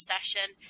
session